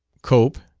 cope,